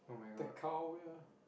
the cow ya